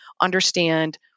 understand